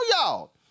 y'all